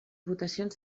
votacions